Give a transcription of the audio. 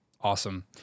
Awesome